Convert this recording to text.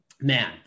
man